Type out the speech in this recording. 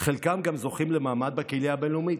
חלקם גם זוכים למעמד בקהילייה הבין-לאומית.